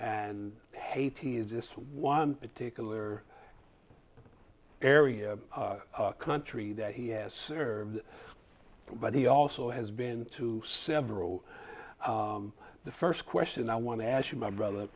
is just one particular area of country that he has served but he also has been to several the first question i want to ask my brother